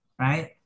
Right